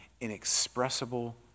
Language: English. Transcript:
inexpressible